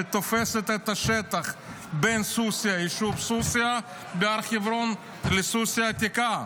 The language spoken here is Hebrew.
שתופסת את השטח בין היישוב סוסיא בהר חברון לסוסיא העתיקה.